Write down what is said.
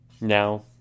Now